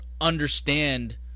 understand